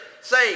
say